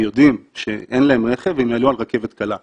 ויודעים שאין להם רכב, הם יעלו על הרכבת הקלה.